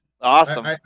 awesome